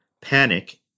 panic